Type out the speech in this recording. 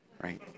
right